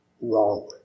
wrong